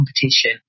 competition